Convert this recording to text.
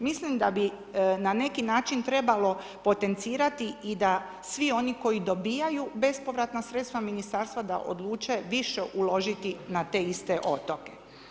Mislim da bi na neki način trebalo potencirati i da svi oni koji dobivaju bespovratna sredstva ministarstva da odluče više uložiti na te iste otoke.